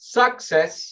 success